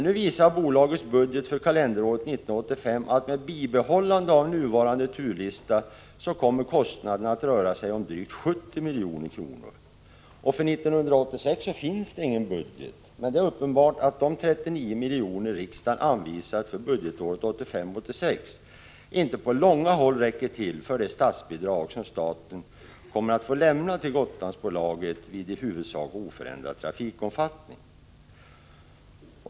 Nu visar bolagets budget för kalenderåret 1985 att med bibehållande av nuvarande turlista kommer kostnaderna att röra sig om drygt 70 milj.kr. För 1986 finns ingen budget men det är uppenbart att de 39 milj.kr. som riksdagen anvisade för budgetåret 1985/86 inte på långa vägar räcker till för det statsbidrag som staten kommer att få lämna till Gotlandsbolaget vid i huvudsak oförändrad trafikomfattning.